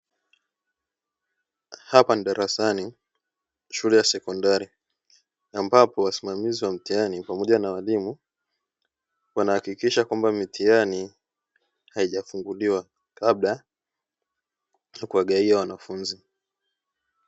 Hapa ni darasani shule ya sekondari, ambapo wasimamizi wa mitihani pamoja na walimu wanahakikisha kwamba mitihani haijafunguliwa kabla ya kuwagawia wanafunzi.